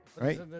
Right